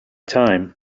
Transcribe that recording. time